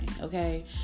okay